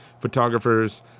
photographers